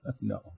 No